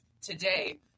today